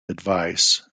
advice